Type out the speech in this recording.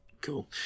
Cool